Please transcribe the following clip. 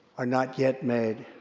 are not yet made.